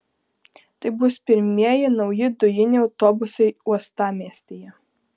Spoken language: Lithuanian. tai bus pirmieji nauji dujiniai autobusai uostamiestyje